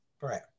Right